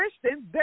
Christians